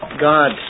God